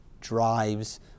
drives